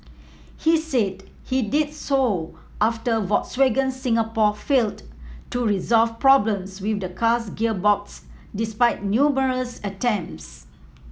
he said he did so after Volkswagen Singapore failed to resolve problems with the car's gearbox despite numerous attempts